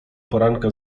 poranka